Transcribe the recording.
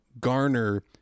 garner